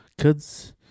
kids